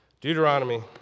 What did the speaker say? Deuteronomy